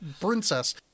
princess